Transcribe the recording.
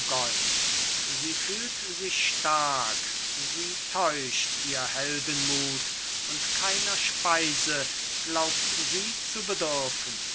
sie fühlt sich stark sie täuscht ihr heldenmut und keiner speise glaubt sie zu bedürfen